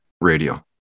radio